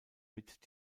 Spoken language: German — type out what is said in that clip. mit